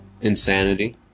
insanity